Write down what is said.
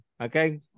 Okay